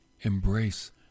Embrace